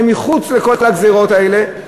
הן מחוץ לכל הגזירות האלה,